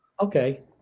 Okay